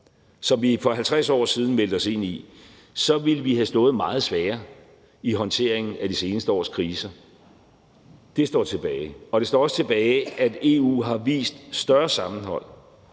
som vi for 50 år siden meldte os ind i, så ville vi have stået meget svagere i håndteringen af de seneste års kriser. Det står tilbage. Og det står også tilbage, at EU har vist større sammenhold